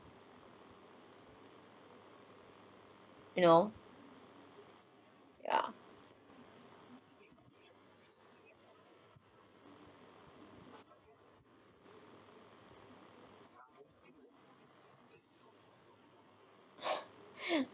you know ya